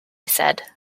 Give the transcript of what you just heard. said